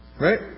right